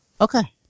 Okay